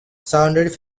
saunders